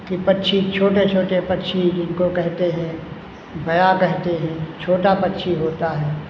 कि पक्षी छोटे छोटे पक्षी जिनको कहते हैं बया कहते हैं छोटा पक्षी होता है